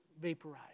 vaporize